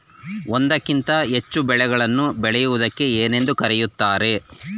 ಒಂದಕ್ಕಿಂತ ಹೆಚ್ಚು ಬೆಳೆಗಳನ್ನು ಬೆಳೆಯುವುದಕ್ಕೆ ಏನೆಂದು ಕರೆಯುತ್ತಾರೆ?